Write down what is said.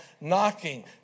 knocking